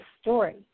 story